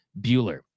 Bueller